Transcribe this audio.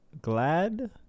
glad